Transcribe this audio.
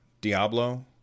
Diablo